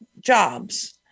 jobs